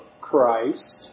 Christ